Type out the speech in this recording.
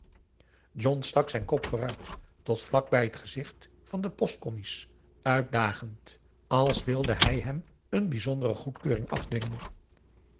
john stak zijn kop vooruit tot vlak bij t gezicht van den postcommies uitdagend als wilde hij hem een bijzondere goedkeuring afdwingen